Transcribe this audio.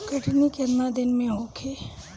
कटनी केतना दिन में होखे?